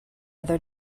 other